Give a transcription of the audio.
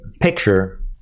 picture